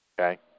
okay